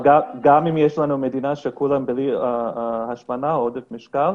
אבל גם אם יש לנו מדינה שכולם בלי השמנה או עודף משקל,